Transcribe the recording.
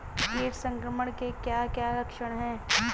कीट संक्रमण के क्या क्या लक्षण हैं?